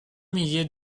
millier